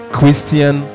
Christian